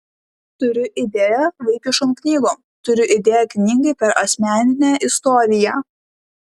turiu idėją vaikiškom knygom turiu idėją knygai per asmeninę istoriją